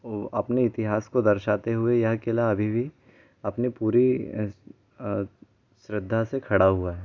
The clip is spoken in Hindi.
और अपने इतिहास को दर्शाते हुए यह किला अभी भी अपनी पूरी श्रद्धा से खड़ा हुआ है